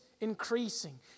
increasing